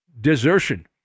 Desertion